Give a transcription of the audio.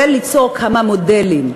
וליצור כמה מודלים.